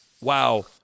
wow